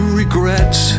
regrets